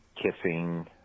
kissing